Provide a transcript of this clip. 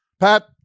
Pat